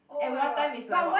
and one time is like about